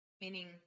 meaning